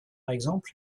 exemple